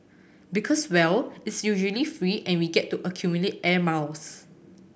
because well it's usually free and we get to accumulate air miles